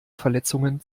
verletzungen